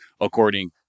according